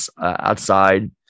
outside